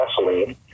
gasoline